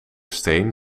steen